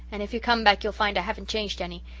and if you come back you'll find i haven't changed any,